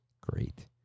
Great